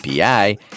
API